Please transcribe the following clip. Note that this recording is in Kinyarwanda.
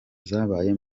zabaye